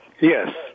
Yes